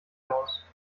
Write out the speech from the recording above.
aus